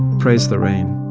praise the rain,